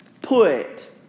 put